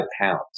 pounds